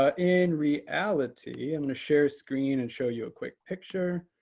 ah in reality, i'm going to share screen and show you a quick picture.